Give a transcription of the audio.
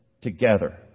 together